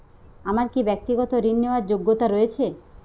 আমার কী ব্যাক্তিগত ঋণ নেওয়ার যোগ্যতা রয়েছে?